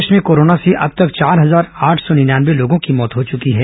प्रदेश में कोरोना से अब तक चार हजार आठ सौ निन्यानवे लोगों की मौत हो चुकी है